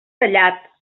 tallat